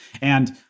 And-